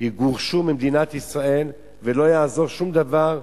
יגורשו ממדינת ישראל, ולא יעזור שום דבר,